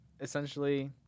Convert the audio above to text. essentially